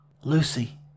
Lucy